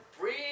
breathe